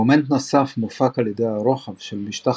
מומנט נוסף מופק על ידי הרוחב של משטח